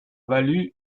valu